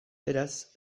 beraz